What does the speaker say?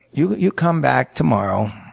you you come back tomorrow,